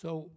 so